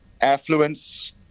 affluence